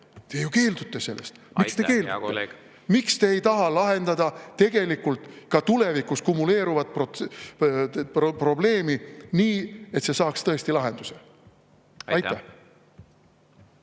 hea kolleeg! Miks te keeldute? Miks te ei taha lahendada tegelikult ka tulevikus kumuleeruvat probleemi nii, et see saaks tõesti lahenduse? Aitäh!